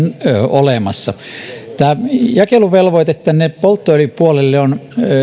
olemassa tämä jakeluvelvoite polttoöljypuolelle on